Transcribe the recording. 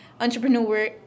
entrepreneur